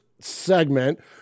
segment